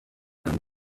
and